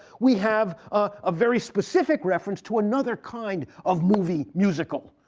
we have a very specific reference to another kind of movie musical.